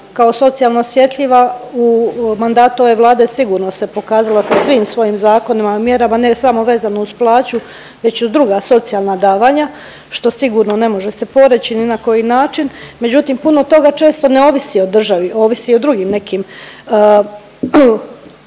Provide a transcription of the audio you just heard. kao socijalno osjetljiva u mandatu ove Vlade sigurno se pokazala sa svim svojim zakonima, mjerama, ne samo vezano uz plaću već i druga socijalna davanja, što sigurno ne može se poreći ni na koji način međutim puno toga često ne ovisi o državi, ovisi o drugim nekim,